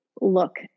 look